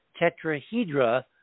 tetrahedra